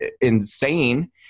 insane